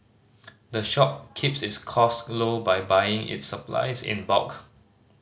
the shop keeps its cost low by buying its supplies in bulk